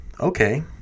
okay